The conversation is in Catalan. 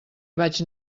vaig